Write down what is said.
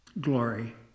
glory